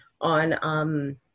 on